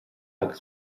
agus